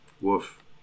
woof